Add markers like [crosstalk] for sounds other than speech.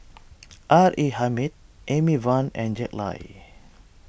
[noise] R A Hamid Amy Van and Jack Lai